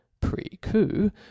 pre-coup